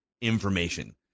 information